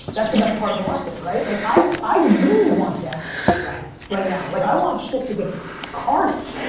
that's the best part of the market, right? like i i really want death. right. right now, like i want shit to get carnage,